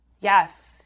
yes